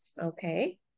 okay